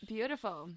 Beautiful